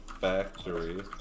factory